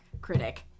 critic